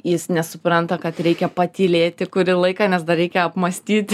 jis nesupranta kad reikia patylėti kurį laiką nes dar reikia apmąstyt